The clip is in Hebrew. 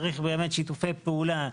צריך באמת שיתופי פעולה,